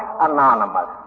Anonymous